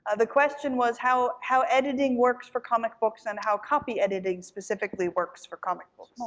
ah the question was how how editing works for comic books, and how copy editing, specifically, works for comic books.